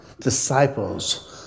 disciples